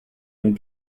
and